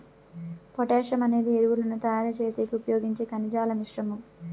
potassium అనేది ఎరువులను తయారు చేసేకి ఉపయోగించే ఖనిజాల మిశ్రమం